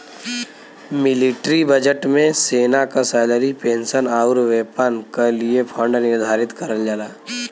military budget में सेना क सैलरी पेंशन आउर वेपन क लिए फण्ड निर्धारित करल जाला